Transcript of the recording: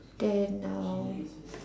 then um